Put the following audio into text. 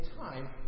time